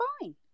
fine